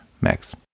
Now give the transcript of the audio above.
Max